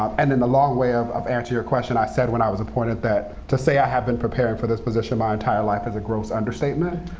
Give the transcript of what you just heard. um and in the long way of answering and your question, i said when i was appointed that, to say i have been preparing for this position my entire life is a gross understatement.